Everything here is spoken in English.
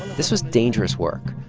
this was dangerous work.